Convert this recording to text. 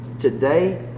Today